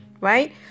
Right